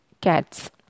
cats